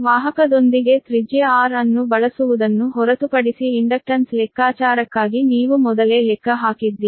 ವಾಹಕದೊಂದಿಗೆ ತ್ರಿಜ್ಯ r ಅನ್ನು ಬಳಸುವುದನ್ನು ಹೊರತುಪಡಿಸಿ ಇಂಡಕ್ಟನ್ಸ್ ಲೆಕ್ಕಾಚಾರಕ್ಕಾಗಿ ನೀವು ಮೊದಲೇ ಲೆಕ್ಕ ಹಾಕಿದ್ದೀರಿ